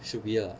should be lah